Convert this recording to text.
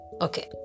okay